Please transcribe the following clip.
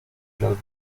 los